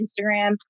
Instagram